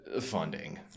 funding